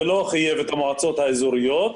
ולא חייב את המועצות האזוריות.